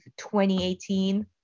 2018